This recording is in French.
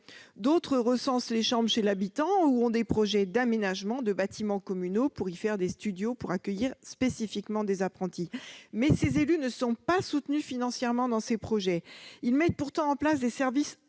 D'autres recensent les chambres chez l'habitant ou ont des projets d'aménagement de bâtiments communaux pour y faire des studios destinés spécifiquement aux apprentis. Néanmoins, ces élus ne sont pas soutenus financièrement pour ces projets. Ils mettent pourtant en place des services indispensables